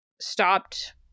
stopped